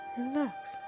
relax